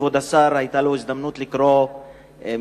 כבוד השר היתה לו הזדמנות לקרוא מהתורה.